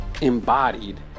embodied